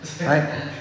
right